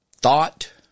thought